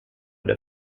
der